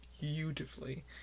beautifully